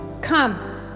Come